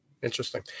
Interesting